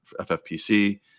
ffpc